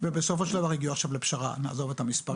ובסופו של דבר הגיעו עכשיו לפשרה ונעזוב את המספרים.